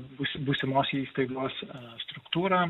bus būsimos įstaigos struktūrą